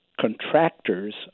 contractors